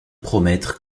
promettre